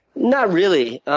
not really.